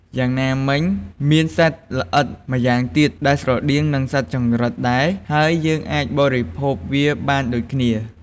យ៉ាងណាមិញ មានសត្វល្អិតម្យ៉ាងទៀតដែលស្រដៀងនឹងសត្វចង្រិតដែរ ហើយយើងអាចបរិភោគវាបានដូចគ្នា។